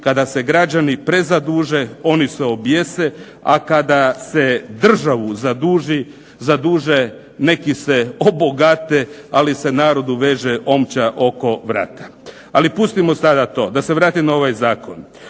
Kada se građani prezaduže oni se objese, a kada se državu zaduže neki se obogate, ali se narodu veže omča oko vrata. Ali pustimo sada to. Da se vratim na ovaj zakon.